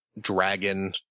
dragon